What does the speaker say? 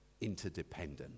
interdependent